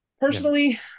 Personally